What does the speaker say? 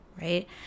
right